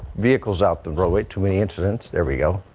vehicles out the roadway to any incidents there we go.